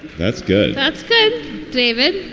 that's good. that's good david,